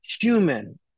human